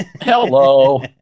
Hello